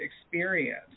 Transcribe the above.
experience